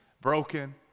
broken